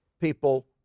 people